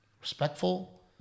respectful